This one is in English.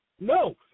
No